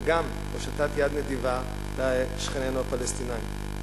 וגם הושטת יד נדיבה לשכנינו הפלסטינים.